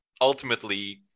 Ultimately